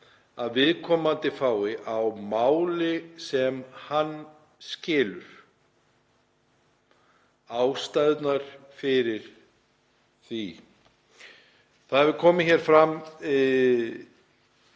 að hann fái á máli sem hann skilur ástæðurnar fyrir því. Það hefur komið hér fram